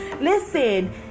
listen